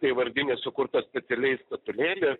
tai vardinė sukurta specialiai statulėlė